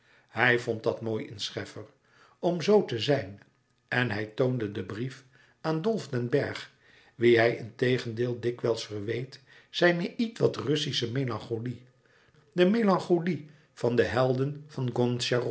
hij vond dat mooi in scheffer om zoo te zijn en hij toonde den brief aan dolf den bergh wien hij integendeel dikwijls verweet zijne ietwat russische melancholie de melancholie van de helden van